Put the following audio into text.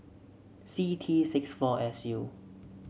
C T six four S U